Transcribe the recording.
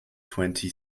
twenty